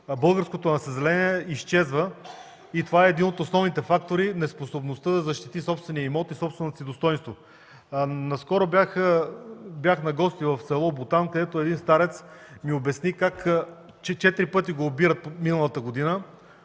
българското население изчезва и един от основните фактори – неспособността да защити собствения си имот и собственото си достойнство. Наскоро бях на гости в село Бутан, където един старец ми обясни, че миналата година